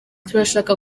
turashaka